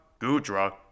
Gudra